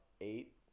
eight